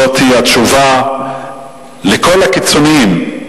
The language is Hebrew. זוהי התשובה לכל הקיצונים,